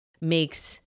makes